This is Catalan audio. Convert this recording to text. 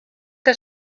que